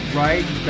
right